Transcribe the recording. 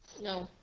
No